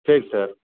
சரி சார்